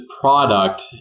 product